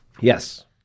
Yes